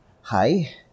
hi